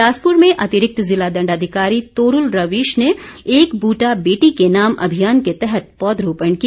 बिलासपुर में अतिरिक्त ज़िला दण्डाधिकारी तोरूल रवीश ने एक बूटा बेटी के नाम अभियान के तहत पौधरोपण किया